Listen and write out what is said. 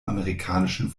amerikanischen